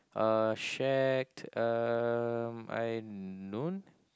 um shack uh I known